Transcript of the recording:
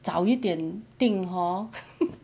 早一点订 hor